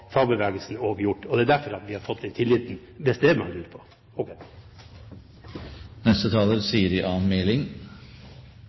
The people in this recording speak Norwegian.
og fagbevegelsen gjort. Det er derfor vi har fått den tilliten